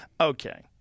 Okay